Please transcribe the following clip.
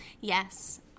Yes